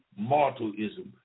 mortalism